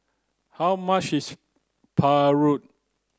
how much is Paru